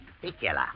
particular